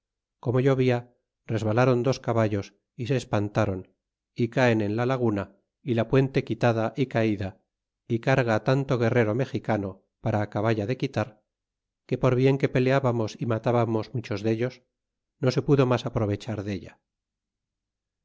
como llovía resbalaron dos caballos y se espantaron y caen en la laguna y la puente quitada y caída y carga tanto guerrero mexicano para acaballa de quitar que por bien que peleábamos y matábamos muchos dellos no se pudo mas aprovechar delta